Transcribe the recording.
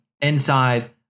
inside